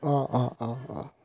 অঁ অঁ অঁ অঁ